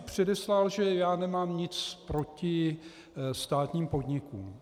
Předeslal bych, že nemám nic proti státním podnikům.